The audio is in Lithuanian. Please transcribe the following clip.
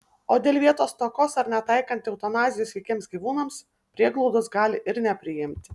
o dėl vietos stokos ar netaikant eutanazijos sveikiems gyvūnams prieglaudos gali ir nepriimti